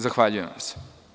Zahvaljujem vam se.